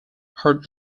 hard